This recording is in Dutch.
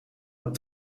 het